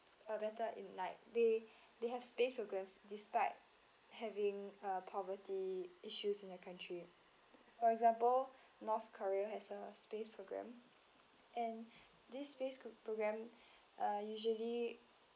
for better in like they they have space programs despite having uh poverty issues in their country for example north korea has a space program and this space program uh usually